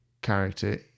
character